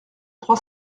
trois